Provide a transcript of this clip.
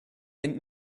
and